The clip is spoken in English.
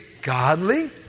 godly